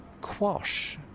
quash